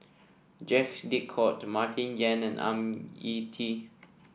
Jacques De Coutre Martin Yan and Ang Ah Tee